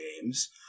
games